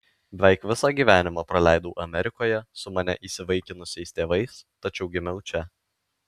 beveik visą gyvenimą praleidau amerikoje su mane įsivaikinusiais tėvais tačiau gimiau čia